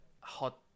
hot